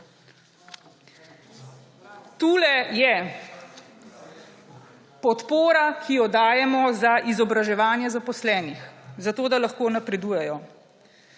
Tu je podpora, ki jo dajemo za izobraževanje zaposlenih, zato da lahko napredujejo.